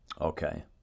Okay